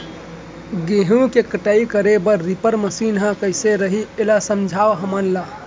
गेहूँ के कटाई करे बर रीपर मशीन ह कइसे रही, एला समझाओ हमन ल?